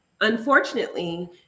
Unfortunately